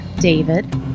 David